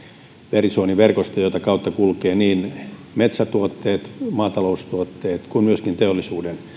verisuoniverkosto jonka kautta kulkevat niin metsätuotteet maataloustuotteet kuin myöskin teollisuuden